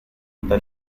the